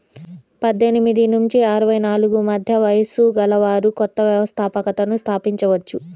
పద్దెనిమిది నుంచి అరవై నాలుగు మధ్య వయస్సు గలవారు కొత్త వ్యవస్థాపకతను స్థాపించవచ్చు